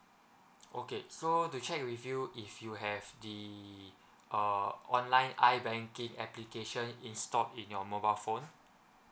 okay so to check with you if you have the uh online I banking application installed in your mobile phone